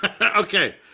Okay